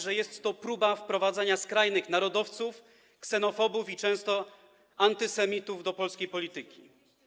że jest to próba wprowadzenia skrajnych narodowców, ksenofobów i często antysemitów do polskiej polityki.